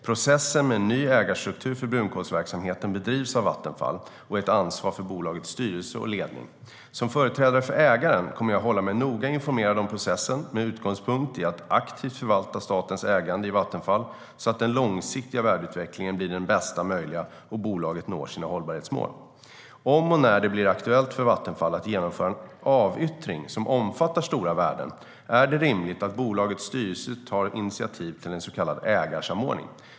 Processen med en ny ägarstruktur för brunkolsverksamheten bedrivs av Vattenfall och är ett ansvar för bolagets styrelse och ledning. Som företrädare för ägaren kommer jag att hålla mig noga informerad om processen, med utgångspunkt i att aktivt förvalta statens ägande i Vattenfall så att den långsiktiga värdeutvecklingen blir den bästa möjliga och bolaget når sina hållbarhetsmål. Om och när det blir aktuellt för Vattenfall att genomföra en avyttring som omfattar stora värden, är det rimligt att bolagets styrelse tar initiativ till en så kallad ägarsamordning.